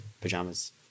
pajamas